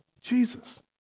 Jesus